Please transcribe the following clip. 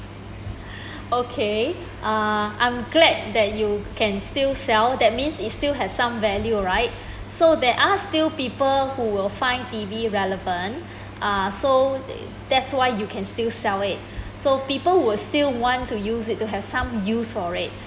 okay uh I'm glad that you can still sell that means it still have some value right so there are still people who will find T_V relevant uh so that's why you can still sell it so people would still want to use it to have some use for it